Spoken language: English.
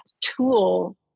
tool